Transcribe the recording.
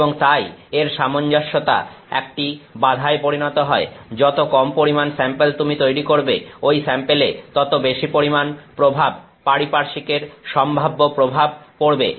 এবং তাই এর সামঞ্জস্যতা একটি বাধায় পরিণত হয় যত কম পরিমাণ স্যাম্পেল তুমি তৈরি করবে ওই স্যাম্পেলে ততো বেশি পরিমাণ প্রভাব পারিপার্শ্বিকের সম্ভাব্য প্রভাব পড়বে